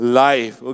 life